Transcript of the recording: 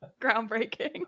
groundbreaking